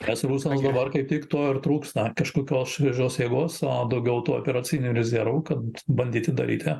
pas mus nau dabar kaip tik to ir trūksta kažkokios šviežios jėgos a daugiau tų operacinių rezervų kad bandyti daryti